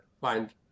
find